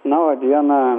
na o dieną